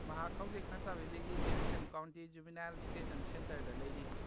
ꯃꯍꯥꯛ ꯍꯧꯖꯤꯛ ꯅꯁꯥꯕꯤꯂꯤꯒꯤ ꯗꯦꯕꯤꯠꯁꯟ ꯀꯥꯎꯟꯇꯤ ꯖꯨꯕꯦꯅꯥꯏꯜ ꯗꯤꯇꯦꯟꯁꯟ ꯁꯦꯟꯇꯔꯗ ꯂꯩꯔꯤ